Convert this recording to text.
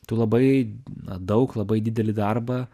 tu labai daug labai didelį darbą